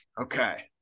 Okay